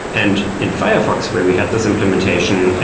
and in firefox where we had this implementation,